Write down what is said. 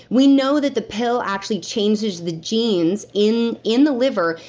we know that the pill actually changes the genes, in in the liver,